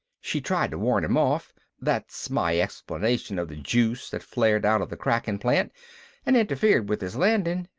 she tried to warn him off that's my explanation of the juice that flared out of the cracking plant and interfered with his landing,